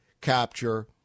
capture